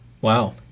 Wow